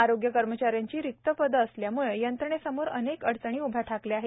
आरोग्य कर्मचाऱ्यांची रिक्त पदे असल्यामुळे यंत्रणेसमोर अनेक अडचणी उभ्या ठाकल्या आहेत